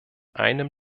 einem